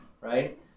right